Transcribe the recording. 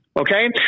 Okay